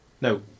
No